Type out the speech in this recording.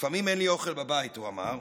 "לפעמים אין לי אוכל בבית", הוא אמר,